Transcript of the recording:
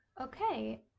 Okay